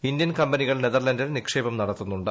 Indian കമ്പനികൾ നെതർലന്റിൽ നിക്ഷേപം നടത്തുന്നുണ്ട്